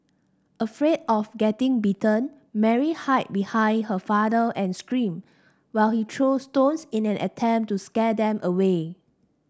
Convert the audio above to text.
afraid of getting bitten Mary hid behind her father and screamed while he threw thrones in an attempt to scare them away